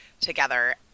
together